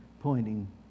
pointing